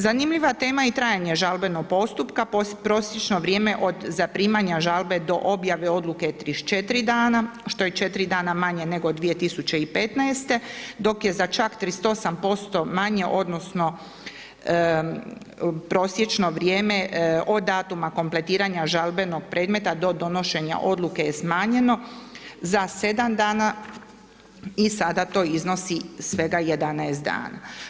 Zanimljiva je tema i trajanje žalbenog postupka, prosječno vrijeme od zaprimanja žalbe do objave odluke je 34 dana, što je 4 dana manje nego 2015. dok je za čak 38% manje odnosno, prosječno vrijeme od datuma kompletiranja žalbenog predmeta do donošenja odluka je smanjeno za 7 dana i sada to iznosi svega 11 dana.